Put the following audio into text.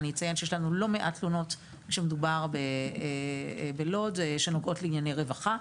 אציין שיש לנו לא מעט תלונות כשמדובר בלוד שנוגעות לענייני רווחה.